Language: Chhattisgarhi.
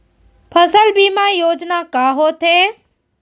फसल बीमा योजना का होथे?